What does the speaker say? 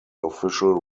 official